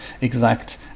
exact